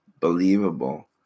Believable